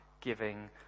giving